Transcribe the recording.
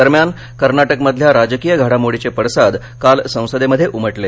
दरम्यान कर्नाटकमधल्या राजकीय घडामोडीचे पडसाद काल संसदेमध्ये उमटले